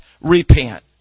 repent